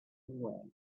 way